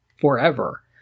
forever